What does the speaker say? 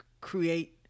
create